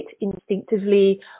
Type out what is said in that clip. instinctively